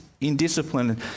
indiscipline